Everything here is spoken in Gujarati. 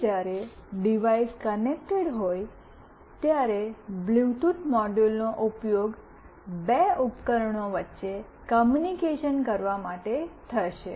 આગળ જ્યારે ડિવાઇસ કનેક્ટેડ હોય ત્યારે બ્લૂટૂથ મોડ્યુલનો ઉપયોગ બે ઉપકરણો વચ્ચે કૉમ્યુનિકેશન કરવા માટે થશે